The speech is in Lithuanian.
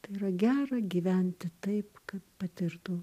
tai yra gera gyventi taip kad patirtų